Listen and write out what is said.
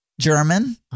German